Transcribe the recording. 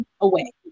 away